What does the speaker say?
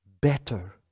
better